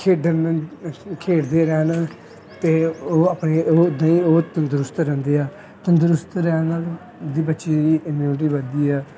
ਖੇਡਣ ਖੇਡਦੇ ਰਹਿਣ ਅਤੇ ਉਹ ਆਪਣੇ ਉੱਦਾਂ ਹੀ ਉਹ ਤੰਦਰੁਸਤ ਰਹਿੰਦੇ ਹੈ ਤੰਦਰੁਸਤ ਰਹਿਣ ਨਾਲ ਦੀ ਬੱਚੇ ਦੀ ਇਮਊਨਟੀ ਵੱਧਦੀ ਹੈ